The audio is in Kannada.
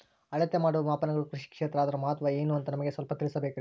ಅಳತೆ ಮಾಡುವ ಮಾಪನಗಳು ಕೃಷಿ ಕ್ಷೇತ್ರ ಅದರ ಮಹತ್ವ ಏನು ಅಂತ ನಮಗೆ ಸ್ವಲ್ಪ ತಿಳಿಸಬೇಕ್ರಿ?